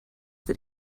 that